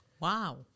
Wow